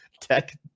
tech